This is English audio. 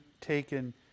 taken